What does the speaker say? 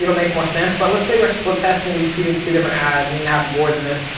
you know make more sense, but let's say we're split testing between two different ads, you can have more than this.